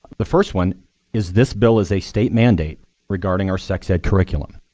the first one is this bill is a state mandate regarding our sex ed curriculum.